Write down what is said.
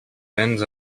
béns